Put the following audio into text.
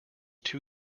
too